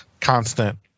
Constant